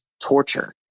torture